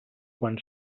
quan